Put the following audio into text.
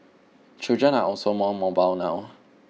children are also more mobile now